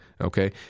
Okay